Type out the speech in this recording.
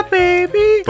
baby